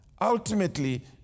Ultimately